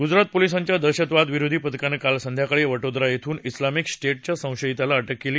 गुजरात पोलिसांच्या दहशतवादविरोधी पथकानं काल संध्याकाळी वडोदरा इथून इस्लामिक स्टेटच्या संशयिताला अटल केली